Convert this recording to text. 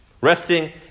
Resting